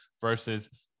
versus